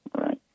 Right